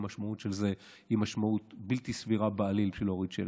המשמעות של זה היא משמעות בלתי סבירה בעליל בשביל להוריד שלט.